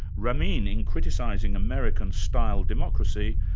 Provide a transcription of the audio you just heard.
ramin, in criticising american-style democracy,